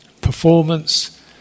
Performance